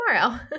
tomorrow